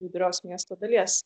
judrios miesto dalies